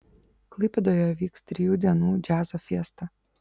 klaipėdoje vyks trijų dienų džiazo fiesta